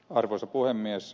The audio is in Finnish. arvoisa puhemies